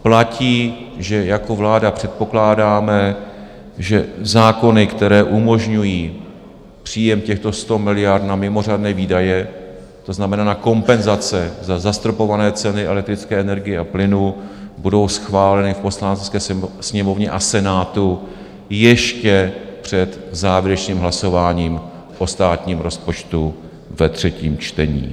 Platí, že jako vláda předpokládáme, že zákony, které umožňují příjem těchto 100 miliard na mimořádné výdaje, to znamená na kompenzace za zastropované ceny elektrické energie a plynu, budou schváleny v Poslanecké sněmovně a Senátu ještě před závěrečným hlasováním o státním rozpočtu ve třetím čtení.